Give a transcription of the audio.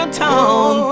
town